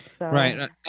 Right